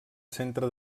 centre